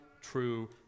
true